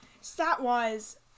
stat-wise